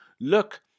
look